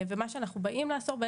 מה שאנחנו באים לאסור,